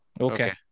Okay